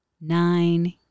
Nine